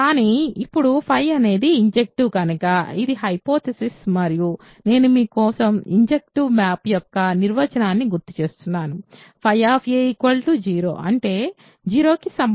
కానీ ఇప్పుడు అనేది ఇన్జెక్టివ్ కనుక ఇది హైపోథెసిస్ మరియు నేను మీ కోసం ఇన్జెక్టివ్ మ్యాప్స్ యొక్క నిర్వచనాన్ని గుర్తుచేస్తున్నాను 0 అంటే 0కి సమానం